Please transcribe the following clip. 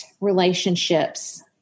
relationships